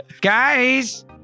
Guys